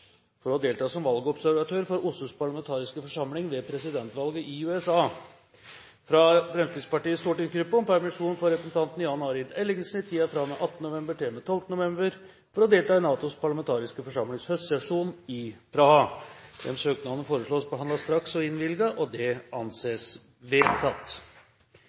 for å delta som valgobservatør for OSSEs parlamentariske forsamling ved presidentvalget i USA fra Fremskrittspartiets stortingsgruppe om permisjon for representanten Jan Arild Ellingsen i tiden fra og med 8. november til og med 12. november for å delta i NATOs parlamentariske forsamlings høstsesjon i Praha Etter forslag fra presidenten ble enstemmig besluttet: Søknadene behandles straks og